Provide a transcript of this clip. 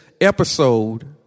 episode